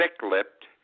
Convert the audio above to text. thick-lipped